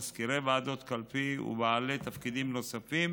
מזכירי ועדות קלפי ובעלי תפקידים נוספים,